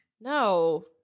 No